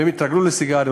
והם התרגלו לסיגריות,